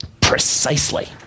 Precisely